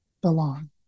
belong